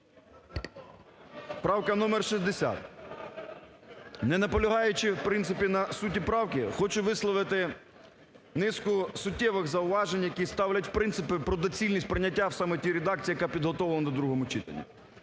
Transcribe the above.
Правка номер 60. Не наполягаючи, в принципі, на суті правки, хочу висловити низку суттєвих зауважень, які ставлять, в принципі, про доцільність прийняття саме в тій редакцій, яка підготовлена в другому читанні.